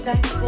Back